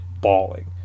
bawling